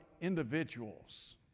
individuals